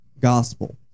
gospel